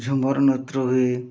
ଝୁମର ନୃତ୍ୟ ହୁଏ